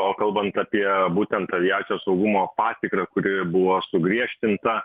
o kalbant apie būtent aviacijos saugumo patikrą kuri buvo sugriežtinta